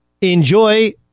enjoy